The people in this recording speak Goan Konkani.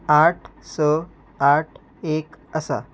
आठ स आठ एक आसा